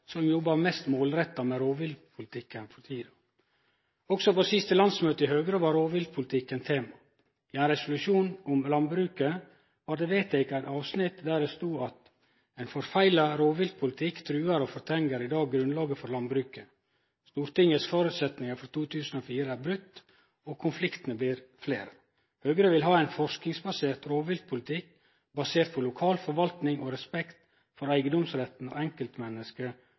som jobbar mest målretta med rovviltpolitikken for tida. Også på siste landsmøte i Høgre var rovviltpolitikken tema. I ein resolusjon om landbruket står det i eit avsnitt: «En forfeilet rovviltpolitikk truer og fortrenger i dag grunnlaget for landbruket. Stortingets forutsetninger fra 2004 er brutt og konfliktene blir flere. Høyre vil ha en forskningsbasert rovviltpolitikk basert på lokal forvaltning og respekt for eiendomsretten